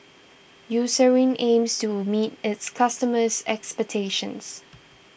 Eucerin aims to meet its customers' expectations